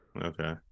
Okay